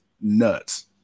nuts